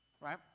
right